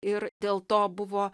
ir dėl to buvo